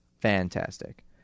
fantastic